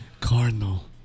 Cardinal